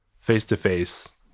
Face-to-face